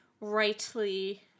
rightly